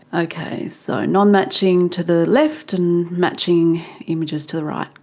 okay, so non-matching to the left and matching images to the right,